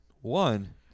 one